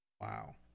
Wow